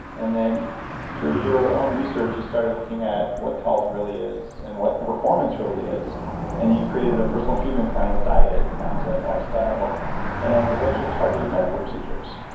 and then through your own research, you started looking at what health really is and what performance really is and you created a personal treatment plan with diet, mindset, lifestyle and a bunch of targeted medical procedures.